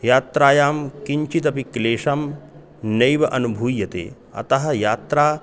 यात्रायां किञ्चिदपि क्लेशं नैव अनुभूयते अतः यात्रा